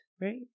right